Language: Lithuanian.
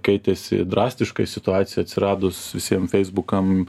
keitėsi drastiškai situacija atsiradus visiem feisbukam